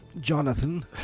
Jonathan